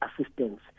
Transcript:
assistance